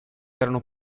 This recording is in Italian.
erano